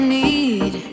need